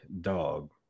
dog